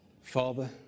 Father